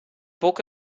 book